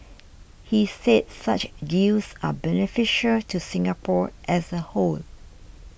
he said such deals are beneficial to Singapore as a whole